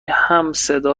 همصدا